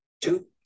Two